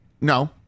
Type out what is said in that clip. No